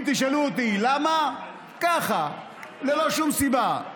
אם תשאלו אותי למה, ככה, ללא שום סיבה.